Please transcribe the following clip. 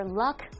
luck